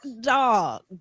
dog